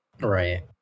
Right